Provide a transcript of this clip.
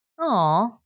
Aw